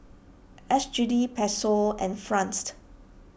S G D Peso and Franced